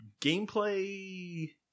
gameplay